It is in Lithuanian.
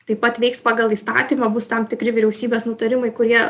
taip pat veiks pagal įstatymą bus tam tikri vyriausybės nutarimai kurie